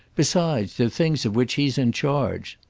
besides, they're things of which he's in charge.